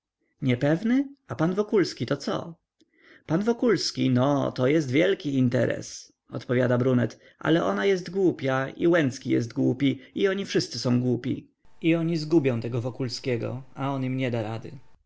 niepewny a pan wokulski to co pan wokulski no to jest wielki interes odpowiada brunet ale ona jest głupia i łęcki jest głupi i oni wszyscy są głupi i oni zgubią tego wokulskiego a on im nie da rady